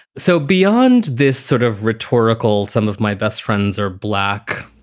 so beyond this sort of rhetorical, some of my best friends are black.